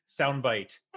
soundbite